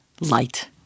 light